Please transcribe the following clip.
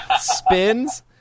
spins